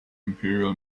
imperial